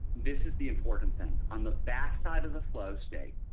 this is the important thing. on the back side of the flow state,